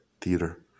theater